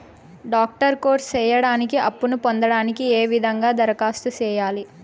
Doctor course సేయడానికి అప్పును పొందడానికి ఏ విధంగా దరఖాస్తు సేయాలి?